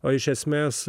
o iš esmės